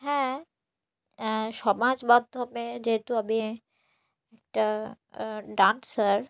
হ্যাঁ সমাজ মাধ্যমে যেহেতু আমি একটা ডান্সার